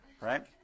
right